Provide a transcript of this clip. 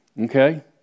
okay